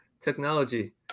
Technology